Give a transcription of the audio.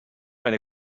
eine